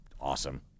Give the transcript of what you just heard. awesome